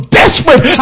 desperate